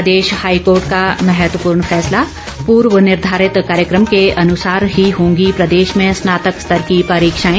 प्रदेश high court का महत्वपूर्ण फैसला पूर्व निर्धारित कार्यकम के अनुसार ही होंगी प्रदेश में स्नातक स्तर की परीक्षाएं